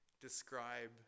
describe